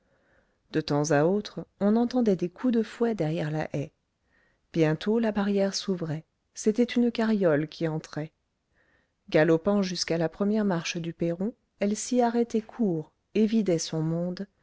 de temps à autre on entendait des coups de fouet derrière la haie bientôt la barrière s'ouvrait c'était une carriole qui entrait galopant jusqu'à la première marche du perron elle s'y arrêtait court et vidait son monde